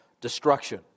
destruction